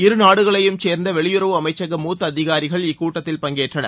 இருநாடுகளையும் சேர்ந்த வெளியுறவு அமைச்சக மூத்த அதிகாரிகள் இக்கூட்டத்தில் பங்கேற்றனர்